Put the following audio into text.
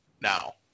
now